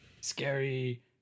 Scary